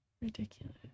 ridiculous